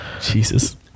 Jesus